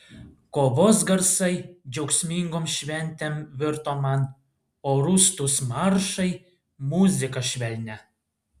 kovos garsai džiaugsmingom šventėm virto man o rūstūs maršai muzika švelnia